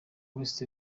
west